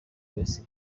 wese